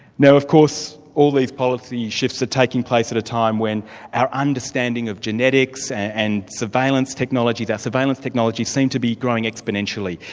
now of course, all these policy shifts are taking place at a time when our understanding of genetics and surveillance technologies surveillance technologies seem to be growing exponentially.